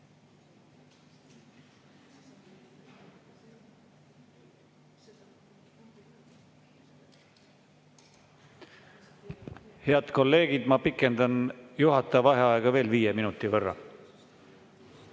Head kolleegid! Ma pikendan juhataja vaheaega veel viie minuti võrra.